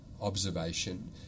observation